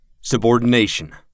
Subordination